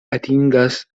atingas